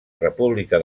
república